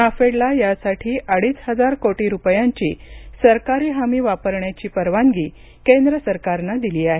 नाफेडला यासाठी अडीच हजार कोटी रुपयांची सरकारी हमी वापरण्याची परवानगी केंद्र सरकारनं दिली आहे